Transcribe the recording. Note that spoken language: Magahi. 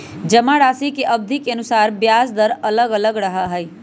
जमाराशि के अवधि के अनुसार ब्याज दर अलग अलग रहा हई